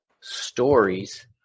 stories